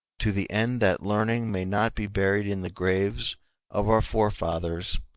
to the end that learning may not be buried in the graves of our forefathers,